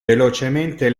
velocemente